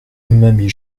mamie